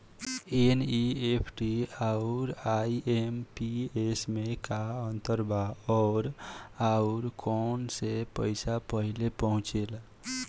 NEFT आउर IMPS मे का अंतर बा और आउर कौना से पैसा पहिले पहुंचेला?